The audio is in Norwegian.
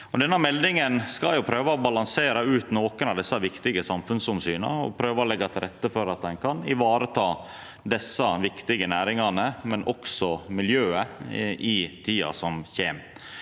Denne meldinga skal prøva å balansera nokre av desse viktige samfunnsomsyna og prøva å leggja til rette for at ein kan vareta desse viktige næringane, men også miljøet, i tida som kjem.